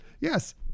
Yes